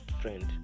friend